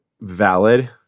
valid